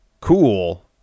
Cool